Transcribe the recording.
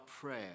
prayer